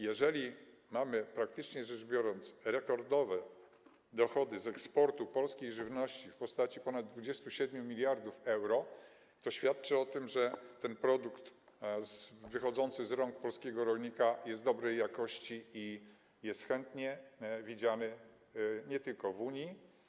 Jeżeli mamy, praktycznie rzecz biorąc, rekordowe dochody z eksportu polskiej żywności w postaci ponad 27 mld euro, to świadczy to o tym, że produkt wychodzący z rąk polskiego rolnika jest dobrej jakości i jest chętnie widziany nie tylko w Unii.